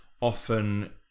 often